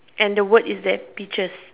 and the words is that teaches